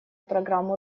программу